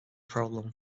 problem